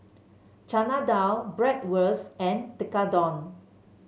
Chana Dal Bratwurst and Tekkadon